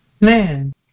Man